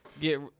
get